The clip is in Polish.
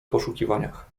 poszukiwaniach